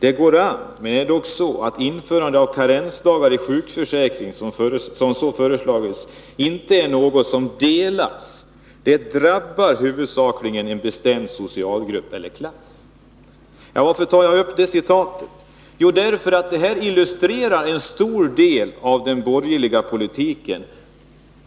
Det går an, men det är dock så att ett införande av karensdagar i sjukförsäkringen så som föreslagits inte är något som delas, det drabbar huvudsakligen en bestämd socialgrupp eller klass.” Varför tar jag upp det här citatet? Jo, därför att det illustrerar en stor del av den borgerliga politiken